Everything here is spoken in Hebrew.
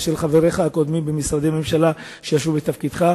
ושל חבריך שרי הממשלה הקודמים שישבו בתפקידך,